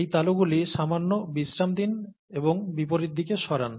এই তালুগুলি সামান্য বিশ্রাম দিন এবং বিপরীত দিকে সরান